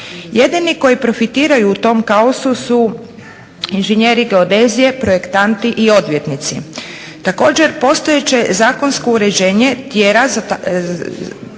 Jedini koji profitiraju u tom kaosu su inženjeri geodezije, projektanti i odvjetnici. Također, postojeće zakonsko uređenje tjera